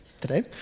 today